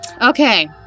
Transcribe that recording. Okay